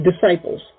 disciples